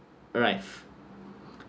arrived